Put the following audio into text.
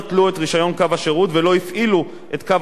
הפעילו את קו השירות שלו נמצאו זכאים,